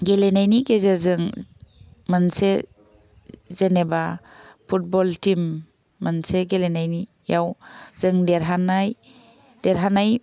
गेलेनायनि गेजेरजों मोनसे जेनेबा फुटबल टिम मोनसे गेलेनायनि याव जों देरहानाय देरहानाय